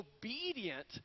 obedient